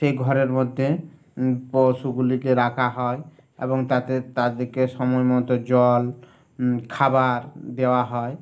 সেই ঘরের মধ্যে পশুগুলিকে রাখা হয় এবং তাতে তাদেরকে সময় মতো জল খাবার দেওয়া হয়